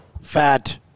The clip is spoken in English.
Fat